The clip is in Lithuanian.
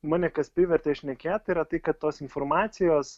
mane kas privertė šnekėt tai yra tai kad tos informacijos